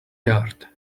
yard